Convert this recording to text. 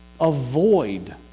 avoid